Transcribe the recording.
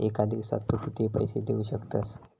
एका दिवसात तू किती पैसे देऊ शकतस?